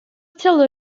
still